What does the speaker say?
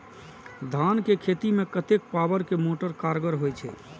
धान के खेती में कतेक पावर के मोटर कारगर होई छै?